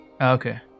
Okay